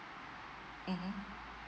mmhmm